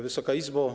Wysoka Izbo!